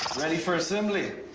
ready for assembly.